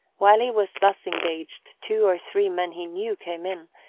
while he was thus engaged two or three men he knew came in,